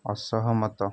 ଅସହମତ